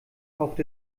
kauft